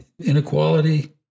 inequality